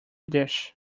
dish